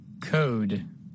Code